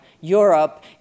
Europe